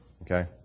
okay